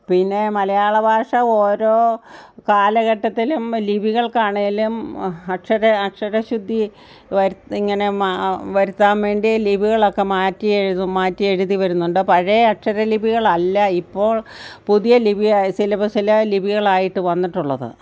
പിന്നെ മലയാള ഭാഷ ഓരോ കാലഘട്ടത്തിലും ലിപികൾക്കാണെങ്കിലും അക്ഷരം അക്ഷര ശുദ്ധി വരുത്ത് ഇങ്ങനെ വരുത്താൻ വേണ്ടി ലിപികളൊക്കെ മാറ്റി എഴുതും മാറ്റി എഴുതി വരുന്നുണ്ട് പഴയ അക്ഷര ലിപികളല്ല ഇപ്പോൾ പുതിയ ലിപി സിലബസ്സിൽ ലിപികളായിട്ട് വന്നിട്ടുള്ളത്